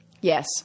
Yes